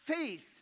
faith